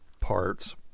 parts